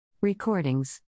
Recordings